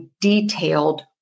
detailed